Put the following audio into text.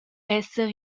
esser